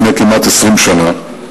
לפני כמעט 20 שנה,